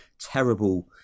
terrible